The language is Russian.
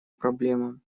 проблемам